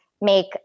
make